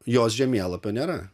jos žemėlapio nėra